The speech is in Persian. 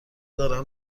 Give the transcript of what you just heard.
دارم